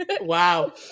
Wow